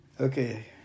Okay